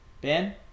Ben